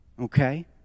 Okay